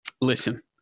listen